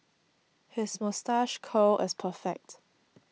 his moustache curl is perfect